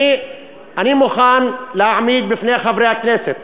אני מוכן להעמיד בפני חברי הכנסת